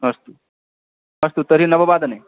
अस्तु अस्तु तर्हि नववादने